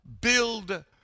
Build